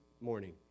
morning